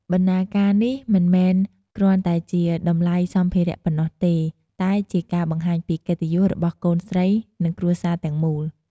បណ្ណាការនេះមិនមែនគ្រាន់តែជាតម្លៃសម្ភារៈប៉ុណ្ណោះទេ តែជាការបង្ហាញពីកិត្តិយស របស់កូនស្រី និងគ្រួសារទាំងមូល។